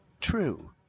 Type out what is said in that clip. True